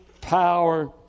Power